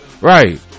right